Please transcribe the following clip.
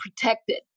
protected